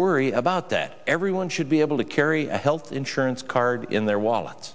worry about that everyone should be able to carry a health insurance card in their wallets